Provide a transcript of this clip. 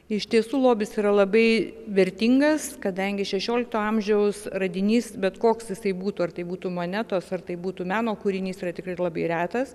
iš tiesų lobis yra labai vertingas kadangi šešiolikto amžiaus radinys bet koks jisai būtų ar tai būtų monetos ar tai būtų meno kūrinys yra tikrai labai retas